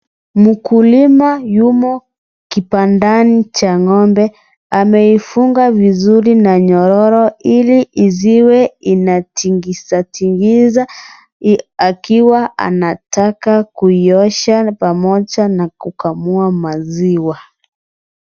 Mkulima yumo kibandani cha ng'ombe. Ameifunga vizuri na nyororo, ili isiwe inatingizatingiza, akiwa anataka kuiosha, pamoja na kukamua maziwa.